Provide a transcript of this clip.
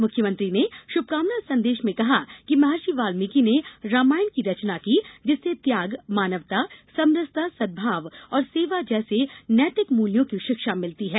मुख्यमंत्री ने श्भकामना संदेश में कहा कि महर्षि वाल्मीकि ने रामायण की रचना की जिससे त्याग मानवता समरसता सदभाव और सेवा जैसे नैतिक मूल्यों की शिक्षा मिलती है